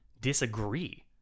disagree